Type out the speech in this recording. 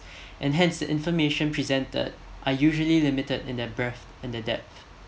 and hence information presented are usually limited in their breadth and their depth